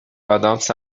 ادامس